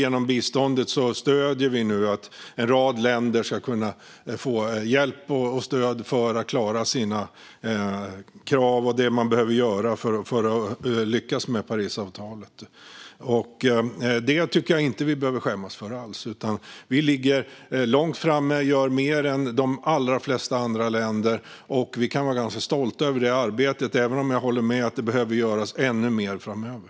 Genom biståndet stöder vi också att en rad länder ska kunna få hjälp och stöd att göra det de behöver för att klara kraven i Parisavtalet. Vi har inget att skämmas för. Vi ligger långt fram och gör mer än de allra flesta andra länder. Vi ska vara stolta över vårt arbete - även om jag håller med om att det behöver göras ännu mer framöver.